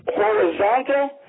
horizontal